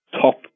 top